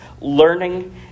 learning